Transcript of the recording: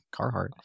Carhartt